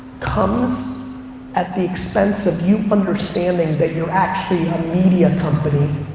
comes at the expense of you understanding that you're actually a media company,